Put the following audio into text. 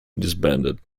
disbanded